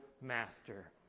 master